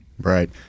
Right